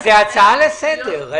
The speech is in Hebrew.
קרן, זו הצעה לסדר.